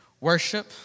worship